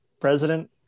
president